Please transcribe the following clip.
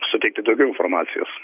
suteikti daugiau informacijos